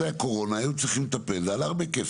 שהייתה קורונה והיו הוצאות גדולות והיו צריכים לטפל בבעיה הזאת.